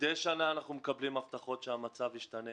מידי שנה אנחנו מקבלים הבטחות שהמצב ישתנה